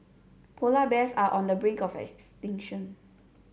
polar bears are on the brink of extinction